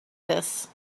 this